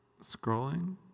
scrolling